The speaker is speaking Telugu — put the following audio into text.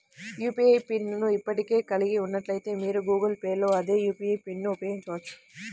యూ.పీ.ఐ పిన్ ను ఇప్పటికే కలిగి ఉన్నట్లయితే, మీరు గూగుల్ పే లో అదే యూ.పీ.ఐ పిన్ను ఉపయోగించవచ్చు